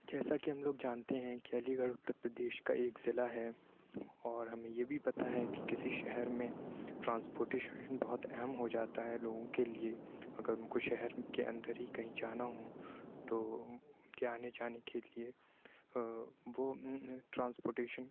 جیسا کہ ہم لوگ جانتے ہیں کہ علی گڑھ اُترپردیش کا ایک ضلع ہے اور ہمیں یہ بھی پتہ ہے کہ کسی شہر میں ٹرانسپورٹیشن بہت اہم ہو جاتا ہے لوگوں کے لیے اگر ہم کو شہر کے اندر ہی کہیں جانا ہوں تو اُن کے آنے جانے کے لیے وہ ٹرانسپورٹیشن